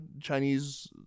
Chinese